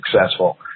successful